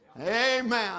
Amen